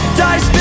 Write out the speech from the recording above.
dice